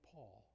Paul